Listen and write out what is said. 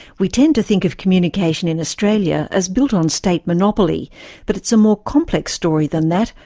we tend to think of communication in australia as built on state monopoly but it's a more complex story than that,